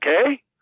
okay